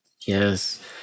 Yes